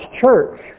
church